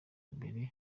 imbere